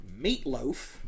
Meatloaf